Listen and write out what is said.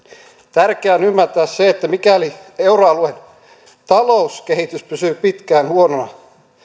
tärkeää on ymmärtää se että mikäli euroalueen talouskehitys pysyy pitkään huonona